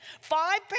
five